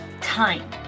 time